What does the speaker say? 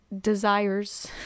desires